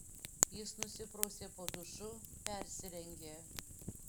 jis nusiprausė po dušu persirengė